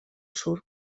surt